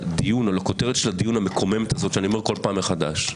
אומר כמה מילות פתיחה ואחר כך לגבי ההסתייגויות.